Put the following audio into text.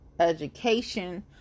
Education